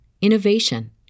innovation